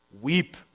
Weep